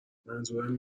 منظورم